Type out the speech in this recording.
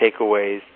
takeaways